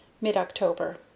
mid-October